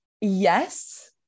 yes